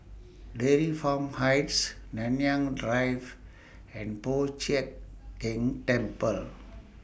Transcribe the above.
Dairy Farm Heights Nanyang Drive and Po Chiak Keng Temple